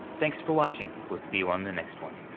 thanks for watching. we'll see you on the next one.